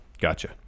gotcha